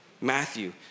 Matthew